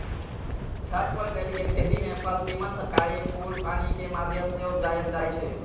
छत पर कएल गेल खेती में फल तिमण तरकारी फूल पानिकेँ माध्यम से उपजायल जाइ छइ